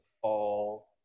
fall